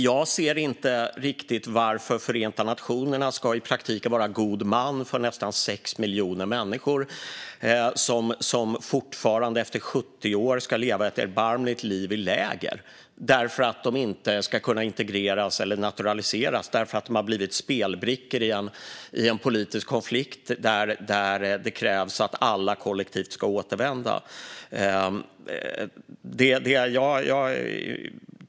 Jag ser inte riktigt varför Förenta nationerna i praktiken ska vara god man för nästan 6 miljoner människor, som fortfarande efter 70 år ska leva ett erbarmligt liv i läger, därför att de inte ska integreras eller naturaliseras och därför att de har blivit spelbrickor i en politisk konflikt där det krävs att alla kollektivt ska återvända.